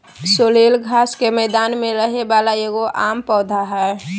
sorrel घास के मैदान में रहे वाला एगो आम पौधा हइ